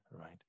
right